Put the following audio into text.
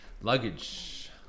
Luggage